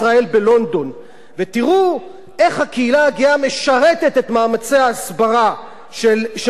ותראו איך הקהילה הגאה משרתת את מאמצי ההסברה של מדינת ישראל בעולם.